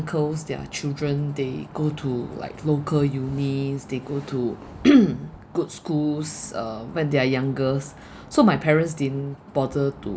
uncles their children they go to like local unis they go to good schools uh when they're younger so my parents didn't bother to